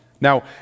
now